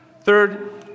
Third